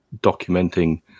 documenting